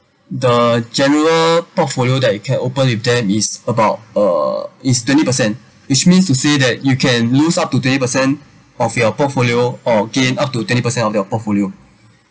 the general portfolio that you can open with them is about uh is twenty percent which means to say that you can lose up today percent of your portfolio or gain up to twenty percent of your portfolio